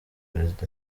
prezida